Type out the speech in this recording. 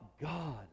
God